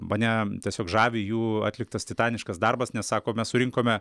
mane tiesiog žavi jų atliktas titaniškas darbas nes sako mes surinkome